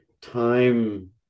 time